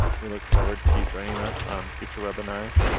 we look forward to you joining us on future webinars.